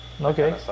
Okay